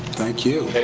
thank you.